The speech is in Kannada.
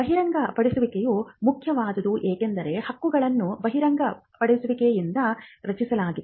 ಬಹಿರಂಗಪಡಿಸುವಿಕೆಯು ಮುಖ್ಯವಾದುದು ಏಕೆಂದರೆ ಹಕ್ಕುಗಳನ್ನು ಬಹಿರಂಗಪಡಿಸುವಿಕೆಯಿಂದ ರಚಿಸಲಾಗಿದೆ